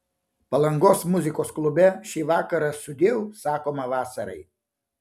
palangos muzikos klube šį vakarą sudieu sakoma vasarai